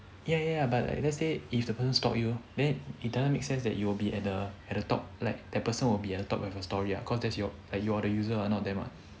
ya ya ya but like let's say if the person stalk you then it doesn't make sense that you will be at the at the top like the person will be at the top of your story ah cause that's you're a you're the user ah not them ah